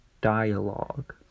dialogue